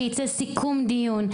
ויצא סיכום דיון.